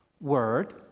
word